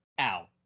ow